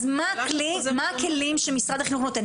אז מה הכלי שמשרד החינוך נותן?